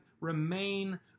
remain